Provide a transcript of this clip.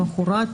המכורה,